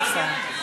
בבקשה.